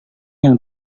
yang